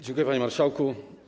Dziękuję, panie marszałku.